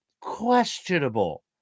questionable